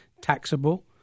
taxable